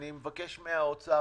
אני מבקש מהאוצר,